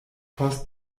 post